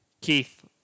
Keith